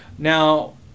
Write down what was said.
Now